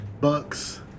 Bucks